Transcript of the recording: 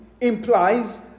implies